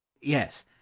Yes